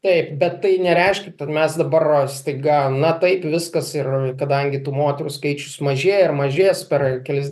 taip bet tai nereiškia kad mes dabar staiga na taip viskas ir kadangi tų moterų skaičius mažėja ir mažės per kelis